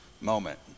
moment